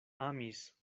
amis